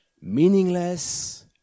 Meaningless